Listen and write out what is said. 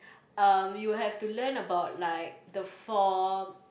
um you will have to learn about like the four